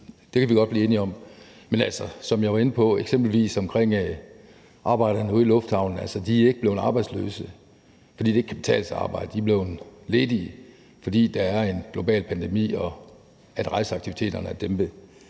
det kan vi godt blive enige om. Men altså, som jeg eksempelvis var inde på om arbejderne ude i lufthavnen, er de ikke blevet arbejdsløse, fordi det ikke kan betale sig at arbejde; de er blevet ledige, fordi der er en global pandemi og rejseaktiviteterne er dæmpet.